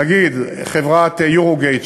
נגיד חברת "יורוגייט",